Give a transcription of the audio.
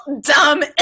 dumb